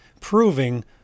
proving